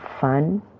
fun